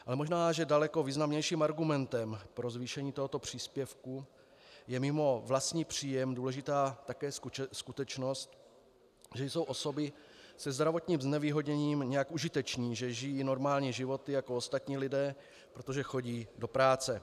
Ale možná že daleko významnějším argumentem pro zvýšení tohoto příspěvku je mimo vlastní příjem důležitá také skutečnost, že jsou osoby se zdravotním znevýhodněním nějak užitečné, že žijí normální životy jako ostatní lidé, protože chodí do práce.